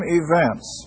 events